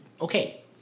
okay